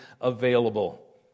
available